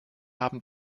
haben